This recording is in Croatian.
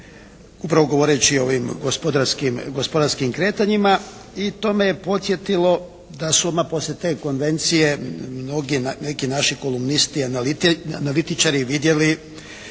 upravo govoreći o ovim gospodarskim kretanjima i to me je podsjetilo da su odmah poslije te Konvencije mnogi naši neki kolumnisti i analitičari vidjeli